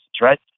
right